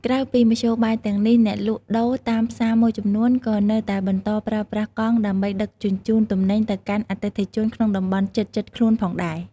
ក្រៅពីមធ្យោបាយទាំងនេះ អ្នកលក់ដូរតាមផ្សារមួយចំនួនក៏នៅតែបន្តប្រើប្រាស់កង់ដើម្បីដឹកជញ្ជូនទំនិញទៅកាន់អតិថិជនក្នុងតំបន់ជិតៗខ្លួនផងដែរ។